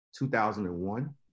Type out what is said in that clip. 2001